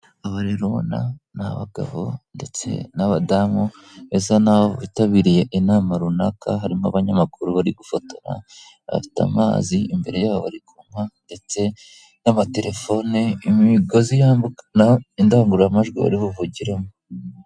Aba rero ubona ni abagabo ndetse n'abadamu basa n'aho bitabiriye inama runaka, harimo abanyamakuru bari gufotora, bafite amazi imbere yabo barikunywa, ndetse n'amatelefone imigozi yambukana indangururamajwi bari buvugiremo.